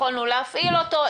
יכולנו להפעיל אותו,